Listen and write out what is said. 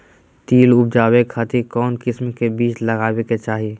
तिल उबजाबे खातिर कौन किस्म के बीज लगावे के चाही?